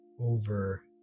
over